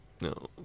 No